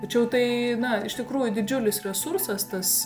tačiau tai na iš tikrųjų didžiulis resursas tas